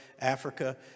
Africa